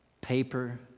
paper